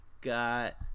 got